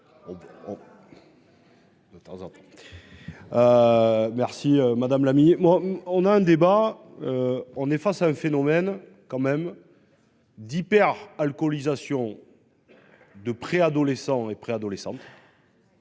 Merci madame la moi. On a un débat. On est face à un phénomène quand même. D'hyper-alcoolisation. De pré-adolescents et préadolescents.